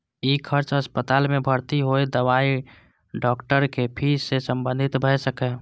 ई खर्च अस्पताल मे भर्ती होय, दवाई, डॉक्टरक फीस सं संबंधित भए सकैए